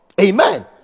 Amen